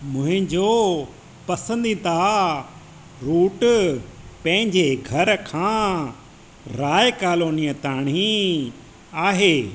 मुंहिंजो पसंदीदा रूट पंहिंजे घर खां राय कालोनीअ ताणी आहे